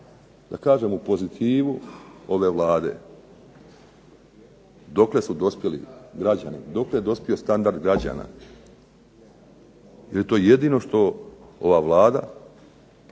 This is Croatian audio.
tako kažem, u pozitivu ove Vlade. Dokle su dospjeli građani, dokle je dospio standard građana, je li to jedino što ova Vlada